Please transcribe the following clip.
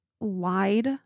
lied